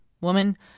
Woman